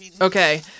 Okay